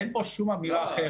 אין פה שום אמירה אחרת.